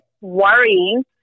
worrying